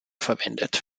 verwendet